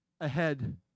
ahead